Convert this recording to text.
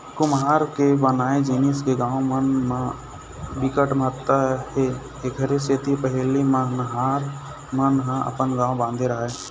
कुम्हार के बनाए जिनिस के गाँव मन म बिकट महत्ता हे एखरे सेती पहिली महार मन ह अपन गाँव बांधे राहय